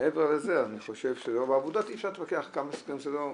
מעסיק רואה שהוא יכול לשלם פחות כסף,